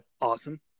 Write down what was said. Awesome